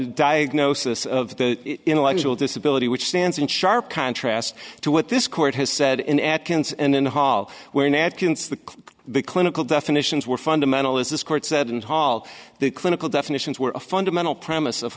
diagnosis of the intellectual disability which stands in sharp contrast to what this court has said in atkins and in the hall where nat the big clinical definitions were fundamentalists this court said and halt the clinical definitions were a fundamental promise of